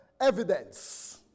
evidence